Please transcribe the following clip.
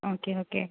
okay okay